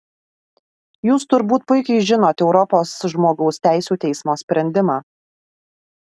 jūs turbūt puikiai žinot europos žmogaus teisių teismo sprendimą